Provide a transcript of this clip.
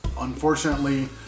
Unfortunately